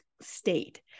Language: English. state